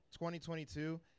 2022